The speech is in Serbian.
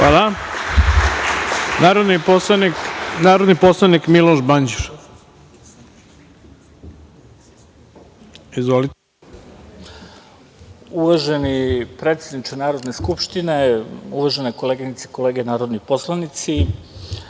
ima narodni poslanik Miloš Banđur. **Miloš Banđur** Uvaženi predsedniče Narodne skupštine, uvažene koleginice i kolege narodni poslanici,